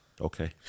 Okay